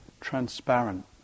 transparent